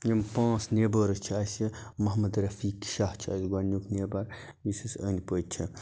یِم پانٛژھ نیبٲرٕس چھِ اَسہِ محمد رفیق شاہ چھِ اَسہِ گۄڈٕنیُک نیبَر یُس اَسہِ أنٛدۍ پٔتۍ چھِ